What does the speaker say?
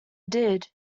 did